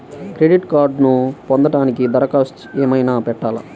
Credit కార్డ్ను పొందటానికి దరఖాస్తు ఏమయినా పెట్టాలా?